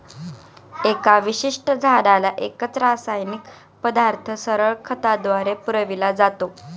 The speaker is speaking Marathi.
एका विशिष्ट झाडाला एकच रासायनिक पदार्थ सरळ खताद्वारे पुरविला जातो